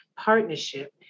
partnership